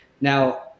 now